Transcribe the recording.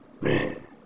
Man